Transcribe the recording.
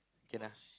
can lah